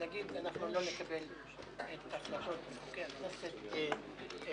-- אבל להגיד: אנחנו לא נקבל את החלטות וחוקי הכנסת מצד לשכת